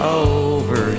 over